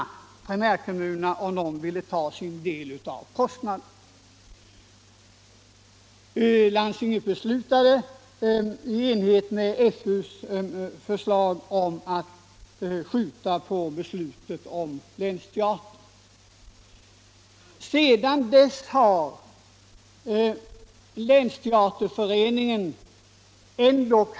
Vid det sammanträdet meddelade kommunerna 49 länsteaterföreningen att de inte var intresserade att delta i kostnaderna. Det är på det sättet frågan ligger till.